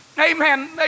Amen